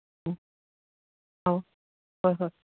ꯎꯝ ꯑꯧ ꯍꯣꯏ ꯍꯣꯏ